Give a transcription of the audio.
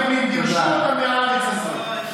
גירשו אותם מן הארץ הזאת.